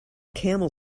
camel